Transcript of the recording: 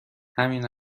همین